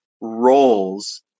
roles